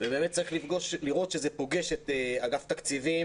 וצריך לראות שזה פוגש את אגף התקציבים